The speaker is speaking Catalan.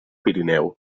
pirineu